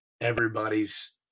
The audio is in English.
everybody's